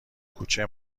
کوچه